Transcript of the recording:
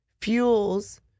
fuels